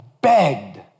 begged